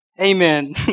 Amen